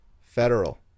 federal